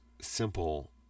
simple